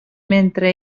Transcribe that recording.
mentre